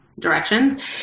directions